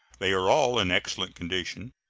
they are all in excellent condition.